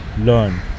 learn